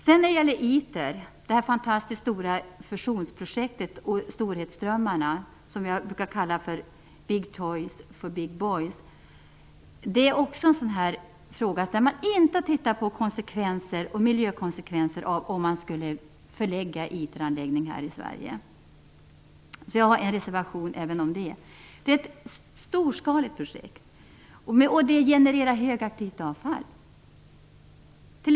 När det sedan gäller ITER - det fantastiskt stora fusionsprojektet eller storhetsdrömmarna som jag brukar kalla "big toys for big boys" - är också en fråga där man inte tittar på konsekvenser och miljökonsekvenser av en eventuell förläggning av en ITER-anläggning här i Sverige. Så jag har en reservation även i denna fråga. Projektet är storskaligt och genererar högaktivt avfall.